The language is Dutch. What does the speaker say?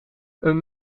een